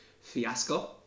fiasco